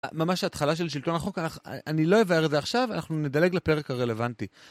ממש ההתחלה של שלטון החוק, אני לא אבאר את זה עכשיו, אנחנו נדלג לפרק הרלוונטי.